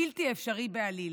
בלתי אפשרי בעליל.